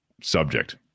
subject